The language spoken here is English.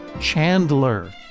Chandler